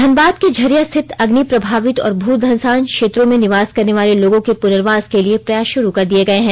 धनबाद के झरिया रिथत अग्निप्रभावित और भूधंसान क्षेत्रों में निवास करने वाले लोगों के पुनर्वास के लिए प्रयास शुरू कर दिये गये हैं